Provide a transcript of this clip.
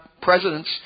presidents